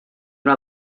una